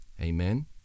amen